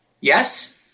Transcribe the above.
yes